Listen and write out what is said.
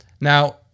Now